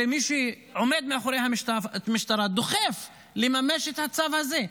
ומי שעומד מאחורי המשטרה, דוחף לממש את הצו הזה.